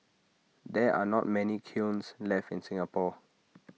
there are not many kilns left in Singapore